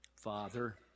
Father